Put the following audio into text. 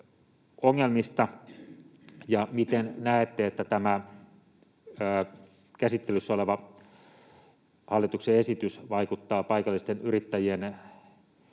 Ja miten näette, että tämä käsittelyssä oleva hallituksen esitys vaikuttaa paikallisten yrittäjien